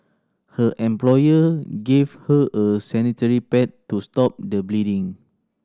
her employer gave her a sanitary pad to stop the bleeding